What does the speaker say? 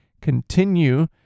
continue